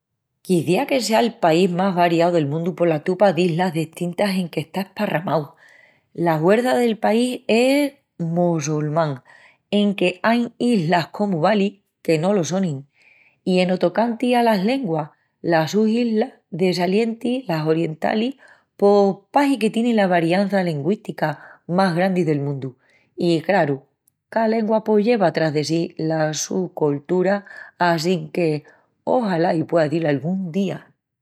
Quiciás que sea’l país más variau del mundu pola tupa d’islas destintas en qu’está esparramau. La huerça del país es mossulmán enque ain islas comu Bali que no lo sonin. I eno tocanti alas lenguas, las sus islas de salienti, las orentalis, pos pahi que tienin la variança lengüística más grandi del mundu i, craru, ca lengua pos lleva tras de sí la su coltura assínque axolá i puea dil angún día.